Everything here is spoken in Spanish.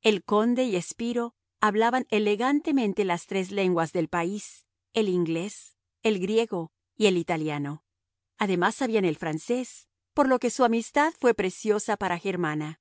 el conde y spiro hablaban elegantemente las tres lenguas del país el inglés el griego y el italiano además sabían el francés por lo que su amistad fue preciosa para germana